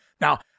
Now